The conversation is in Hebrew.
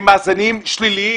הם מאזנים שליליים.